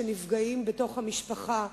שנפגעים בתוך המשפחה.